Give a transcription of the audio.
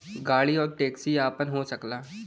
गाड़ी आउर टैक्सी आपन हो सकला